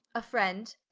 a friend